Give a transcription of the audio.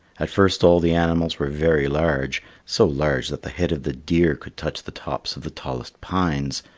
at first all the animals were very large, so large that the head of the deer could touch the tops of the tallest pines.